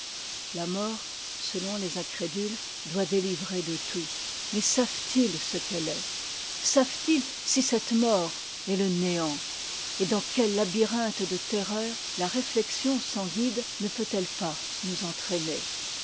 la mort selon tes incrédules doit délivrer de tout mais savent-ils ce qu'elle est savent-ils si cette mort est le néant et dans quel labyrinthe de terreurs la réuexibn sans guide ne peut-elle pas nous entraîner